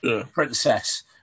princess